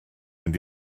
mynd